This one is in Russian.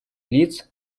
лиц